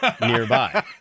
nearby